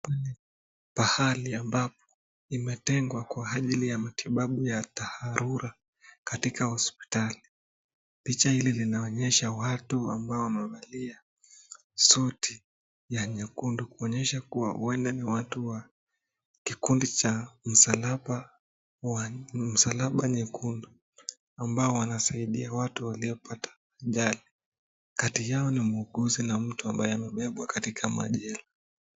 Pahali ambapo imetengwa kwa ajili ya matibabu ya dhaharura katika hospitali. Picha hili linaonyesha watu ambao wamevalia suti ya nyekundu, kuonyesha kuwa wale ni watu wa kikundi cha Msalaba Nyekundu, ambao wanasaidia watu waliopata ajali. Kati yao ni muuguzi na mtu ambaye amebebwa katika machela.